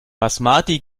basmati